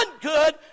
good